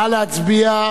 נא להצביע.